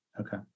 Okay